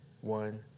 one